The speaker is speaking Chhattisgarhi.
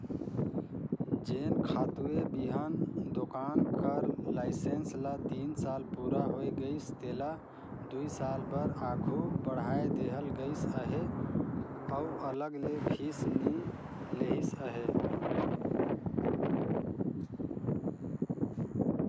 जेन खातूए बीहन दोकान कर लाइसेंस ल तीन साल पूरा होए गइस तेला दुई साल बर आघु बढ़ाए देहल गइस अहे अउ अलग ले फीस नी लेहिस अहे